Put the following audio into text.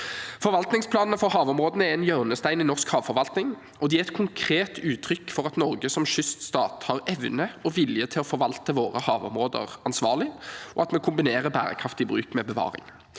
Forvaltningsplanene for havområdene er en hjørnestein i norsk havforvaltning. De er et konkret uttrykk for at Norge som kyststat har evne og vilje til å forvalte våre havområder ansvarlig, og at vi kombinerer bærekraftig bruk med bevaring.